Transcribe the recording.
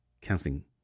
canceling